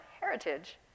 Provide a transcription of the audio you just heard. heritage